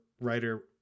writer